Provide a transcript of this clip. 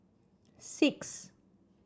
six